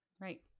Right